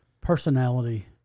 personality